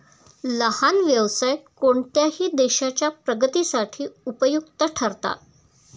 लहान व्यवसाय कोणत्याही देशाच्या प्रगतीसाठी उपयुक्त ठरतात